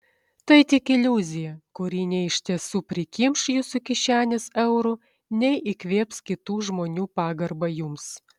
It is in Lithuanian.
tai tik iliuzija kuri nei iš tiesų prikimš jūsų kišenes eurų nei įkvėps kitų žmonių pagarbą jums